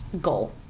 goal